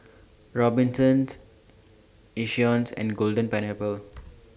Robinsons Yishions and Golden Pineapple